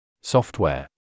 Software